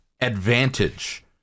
advantage